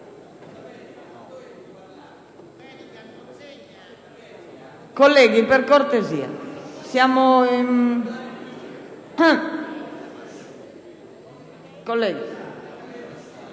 Colleghi, per cortesia.